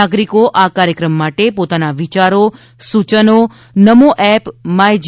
નાગરિકો આ કાર્યક્રમ માટે પોતાના વિયારો સૂચનો નમો એપ માય જી